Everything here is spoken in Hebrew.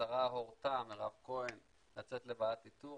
השרה מירב כהן הורתה לצאת לוועדת איתור,